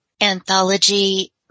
anthology